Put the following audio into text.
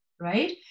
right